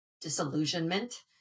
disillusionment